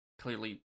clearly